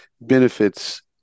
benefits